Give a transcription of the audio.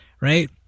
right